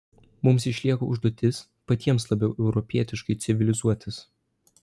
mums išlieka užduotis patiems labiau europietiškai civilizuotis